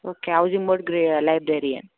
okay housing board grey librarian